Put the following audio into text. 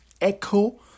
echo